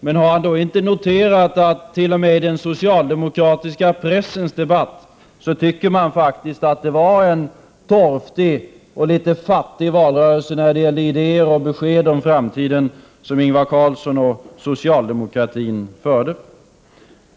Men har Ingvar Carlsson inte noterat att man t.o.m. i den socialdemokratiska pressens debatt tycker att det faktiskt var en torftig och litet fattig valrörelse när det gäller idéer och besked om framtiden som Ingvar Carlsson och socialdemokratin förde?